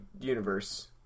Universe